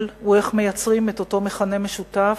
הוא איך מייצרים את אותו מכנה משותף,